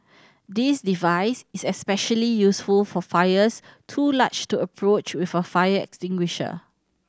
this device is especially useful for fires too large to approach with a fire extinguisher